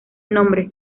nombre